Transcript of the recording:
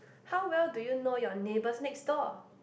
how well do you know your neighbours next door